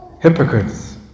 Hypocrites